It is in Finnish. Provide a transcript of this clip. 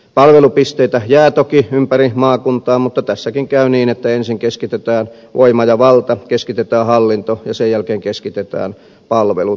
palvelupisteitä jää toki ympäri maakuntaa mutta tässäkin käy niin että ensin keskitetään voima ja valta keskitetään hallinto ja sen jälkeen keskitetään palvelut